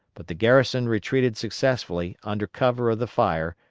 but the garrison retreated successfully, under cover of the fire,